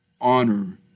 honor